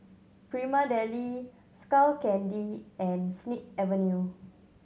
Prima Deli Skull Candy and Snip Avenue